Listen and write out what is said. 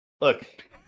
look